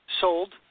sold